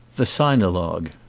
the sinologue